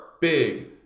big